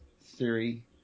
theory